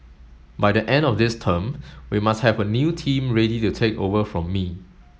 by the end of this term we must have a new team ready to take over from me